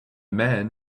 man